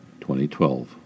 2012